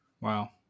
Wow